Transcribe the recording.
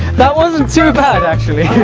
that wasn't too bad actually!